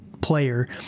player